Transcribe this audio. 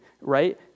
right